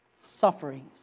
sufferings